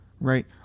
right